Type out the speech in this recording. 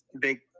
big